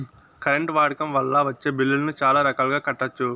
current వాడకం వల్ల వచ్చే బిల్లులను చాలా రకాలుగా కట్టొచ్చు